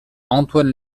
antoine